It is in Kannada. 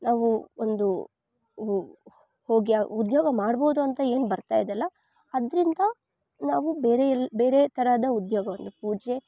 ನಾವು ಒಂದು ಹೋಗಿ ಆ ಉದ್ಯೋಗ ಮಾಡ್ಬೌದು ಅಂತ ಏನು ಬರ್ತಾಯಿದೆ ಅಲ್ಲ ಅದರಿಂದ ನಾವು ಬೇರೆ ಎಲ್ಲ ಬೇರೆ ತರಹದ ಉದ್ಯೋಗವನ್ನು ಪೂಜೆ